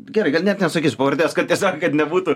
gerai gal net nesakysiu pavardės kad tiesiog kad nebūtų